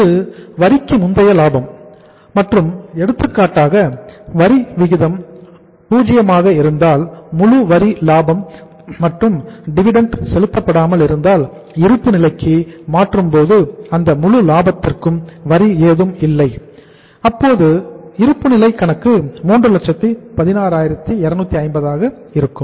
இது வரிக்கு முந்தைய லாபம் மற்றும் எடுத்துக்காட்டாக வரி விகிதம் 0 ஆக இருந்தால் முழு வரி லாபம் மற்றும் டிவிடெண்ட் செலுத்தப்படாமல் இருந்தால் இருப்பு நிலைக்கு மாற்றும் போது அந்த முழு லாபத்திற்கு வரி ஏதும் இல்லை அப்போது இருப்பு நிலை கணக்கு 316250ஆக இருக்கும்